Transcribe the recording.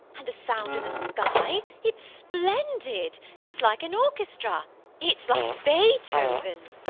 and the sound in the sky it's splendid it's like an orchestra it's like beethoven.